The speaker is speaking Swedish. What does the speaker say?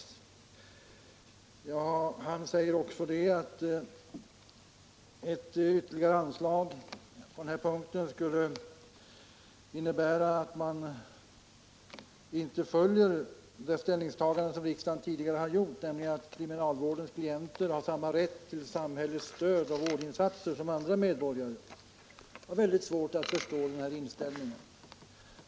Herr Mathsson säger också att ett ytterligare anslag här skulle innebära att man inte följer det ställningstagande som riksdagen tidigare gjort. nämligen att kriminalvårdsklienter har samma rätt till samhällets stöd och vårdinsatser som andra medborgare. Jag har väldigt svårt att förstå den inställningen.